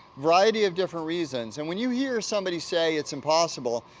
variety of different reasons. and when you hear somebody say it's impossible,